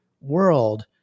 world